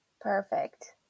Perfect